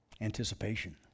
Anticipation